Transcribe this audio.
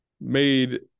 made